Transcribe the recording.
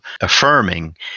affirming